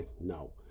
No